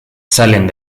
salen